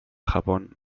japón